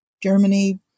Germany